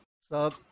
Sup